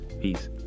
peace